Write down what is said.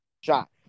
shot